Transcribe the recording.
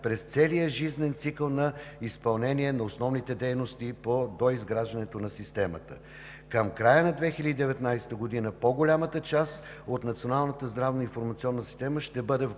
през целия жизнен цикъл на изпълнение на основните дейности по доизграждането на системата. Към края на 2019 г. по-голямата част от Националната здравна информационна система ще бъде в